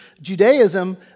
Judaism